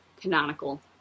canonical